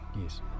Yes